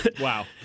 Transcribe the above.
Wow